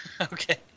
Okay